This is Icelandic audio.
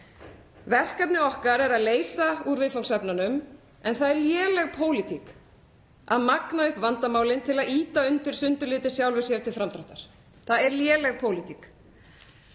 Verkefni okkar er að leysa úr viðfangsefnunum, en það er léleg pólitík að magna upp vandamálin til að ýta undir sundurlyndi sjálfum sér til framdráttar. Það er léleg pólitík.